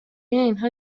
اینها